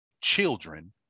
children